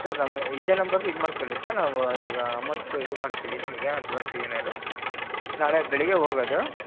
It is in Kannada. ಸರ್ ನಮ್ಮ ಇದೇ ನಂಬರ್ಗೆ ಇದು ಮಾಡ್ಕೊಳ್ಳಿ ಸರ್ ನಾವು ಈವಾಗ ಅಮೌಂಟ್ ಇದು ಮಾಡ್ತೀವಿ ನಿಮಗೆ ಅಡ್ವಾನ್ಸಿಗೇನಾದ್ರೂ ನಾಳೆ ಬೆಳಿಗ್ಗೆ ಹೋಗೋದು